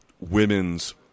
women's